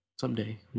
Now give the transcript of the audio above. Someday